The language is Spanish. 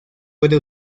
puede